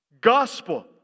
Gospel